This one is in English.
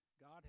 God